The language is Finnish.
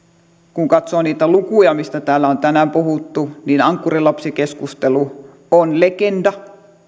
kun katsoo niitä lukuja mistä täällä on tänään puhuttu niin ankkurilapsikeskustelu on legenda